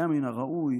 היה מן הראוי